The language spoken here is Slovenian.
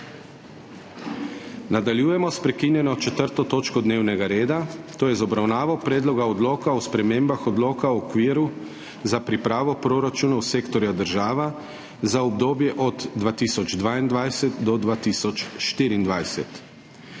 Nadaljujemo s **prekinjeno 4. točko dnevnega reda, to je z obravnava Predloga odloka o spremembah Odloka o okviru za pripravo proračunov sektorja država za obdobje od 2022 do 2024.**